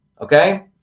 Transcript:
Okay